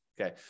Okay